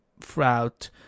throughout